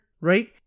right